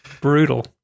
Brutal